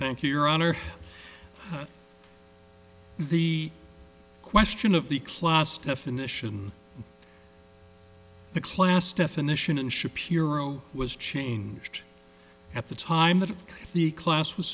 thank you your honor the question of the class definition the class definition and shapiro was changed at the time that the class was